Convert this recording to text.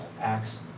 acts